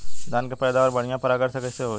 धान की पैदावार बढ़िया परागण से कईसे होई?